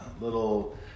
little